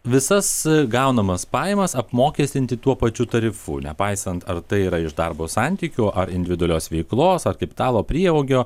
visas gaunamas pajamas apmokestinti tuo pačiu tarifu nepaisant ar tai yra iš darbo santykių ar individualios veiklos ar kaip talo prieaugio